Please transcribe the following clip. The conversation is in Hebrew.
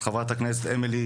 את חברת הכנסת אמילי